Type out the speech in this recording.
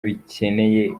bikeneye